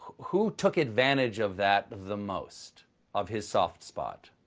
who took advantage of that the most of his soft spot?